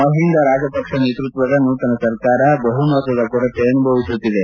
ಮಹಿಂದ ರಾಜಪಕ್ಲ ನೇತ್ಯಕ್ವದ ನೂತನ ಸರ್ಕಾರ ಬಹುಮತದ ಕೊರತೆ ಅನುಭವಿಸುತ್ತಿದೆ